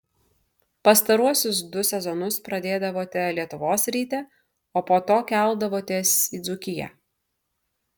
pastaruosius du sezonus pradėdavote lietuvos ryte o po to keldavotės į dzūkiją